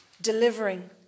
delivering